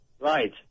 Right